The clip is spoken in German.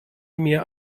mir